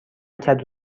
کدو